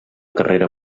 carrera